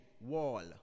wall